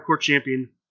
champion